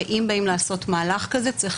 שצריך לקחת בחשבון אם באים לעשות מהלך כזה.